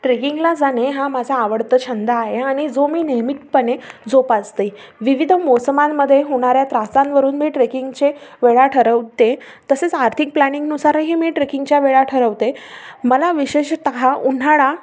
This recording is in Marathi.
ट्रेकिंगला जाणे हा माझा आवडता छंद आहे आणि जो मी नियमितपणे जोपासते विविध मोसमांमध्ये होणाऱ्या त्रासांवरून मी ट्रेकिंगचे वेळा ठरवते तसेच आर्थिक प्लॅनिंगनुसारही मी ट्रेकिंगच्या वेळा ठरवते मला विशेषत उन्हाळा